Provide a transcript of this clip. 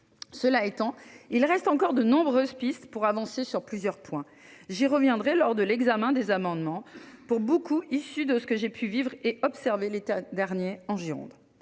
Cela étant, il reste encore de nombreuses améliorations possibles sur plusieurs points. J'y reviendrai lors de l'examen de mes amendements, pour beaucoup inspirés de ce que j'ai vécu et observé l'été dernier en Gironde.